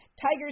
Tiger's